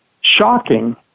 shocking